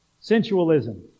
Sensualism